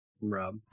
Rob